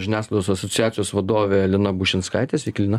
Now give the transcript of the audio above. žiniasklaidos asociacijos vadovė lina bušinskaitė sveiki lina